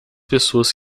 pessoas